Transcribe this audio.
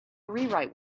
rewrite